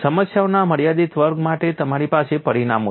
સમસ્યાઓના મર્યાદિત વર્ગ માટે તમારી પાસે પરિણામો છે